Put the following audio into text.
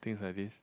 things like this